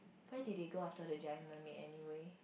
where did they go after the giant mermaid anyway